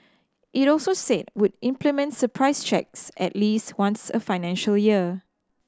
it also said would implement surprise checks at least once a financial year